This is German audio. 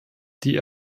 die